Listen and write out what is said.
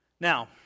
Now